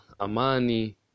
Amani